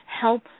help